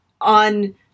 on